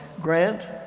Grant